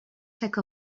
chaque